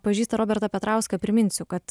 pažįsta robertą petrauską priminsiu kad